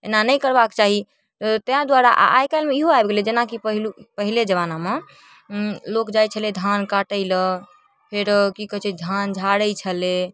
एना नहि करबाके चाही तै दुआरे आइकाल्हिमे इहो आबि गेलै जेनाकि पहिलुक पहिले जमानामे लोग जाइ छलै धान काटै लए फेर की कहै छै धान झाड़ै छलै